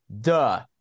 duh